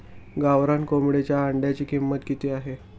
गावरान कोंबडीच्या अंड्याची किंमत किती आहे?